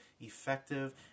effective